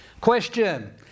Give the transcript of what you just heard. Question